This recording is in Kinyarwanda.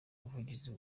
buvuzi